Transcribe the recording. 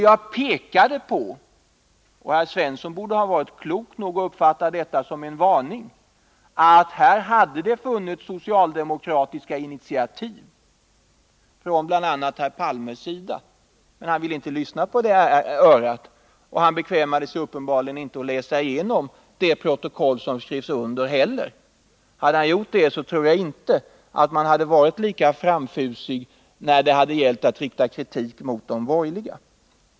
Jag pekade också på — och Olle Svensson borde ha varit klok nog att uppfatta detta som en varning — att socialdemokratiska initiativ hade tagits från bl.a. Olof Palmes sida. Men Olle Svensson ville inte lyssna på det örat, och han bekvämade sig uppenbarligen inte heller att läsa igenom det protokoll som skrevs under. Hade han gjort det, tror jag inte att socialdemokraterna hade varit lika framfusiga när det gällt att rikta kritik mot de borgerliga.